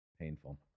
Painful